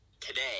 today